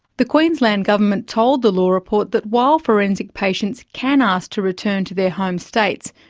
the queensland government told the law report that while forensic patients can ask to return to their home states,